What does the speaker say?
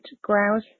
grouse